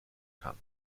kann